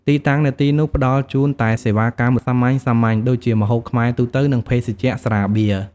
ទីតាំងទាំងនោះផ្ដល់ជូនតែសេវាកម្មសាមញ្ញៗ ដូចជាម្ហូបខ្មែរទូទៅ និងភេសជ្ជៈស្រាបៀរ។